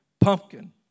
pumpkin